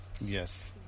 Yes